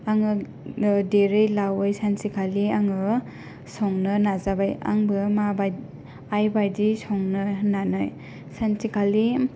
आङो देरै लादै सानसेखालि आङो संनो नाजाबाय आंबो मा बाद आइबादि संनो होन्नानै सानसेखालि